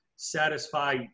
satisfy